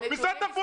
חקיקה כבר יש,